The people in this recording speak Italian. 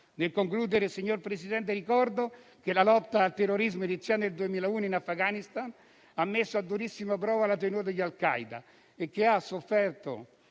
Nel concludere, signor Presidente, ricordo che la lotta al terrorismo, iniziata nel 2001 in Afghanistan, ha messo a durissima prova la tenuta di al Qaeda, che ha sofferto